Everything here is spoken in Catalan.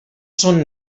son